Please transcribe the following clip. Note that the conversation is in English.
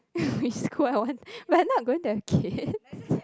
it's quite one but I'm not going to have kid